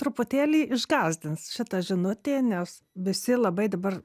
truputėlį išgąsdins šita žinutė nes visi labai dabar